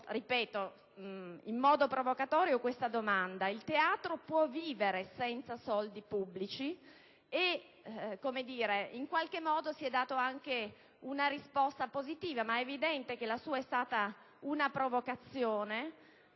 ripeto, in modo provocatorio - questa domanda: il teatro può vivere senza soldi pubblici? Egli si è dato anche una risposta positiva, ma è evidente che la sua è stata una provocazione,